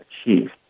achieve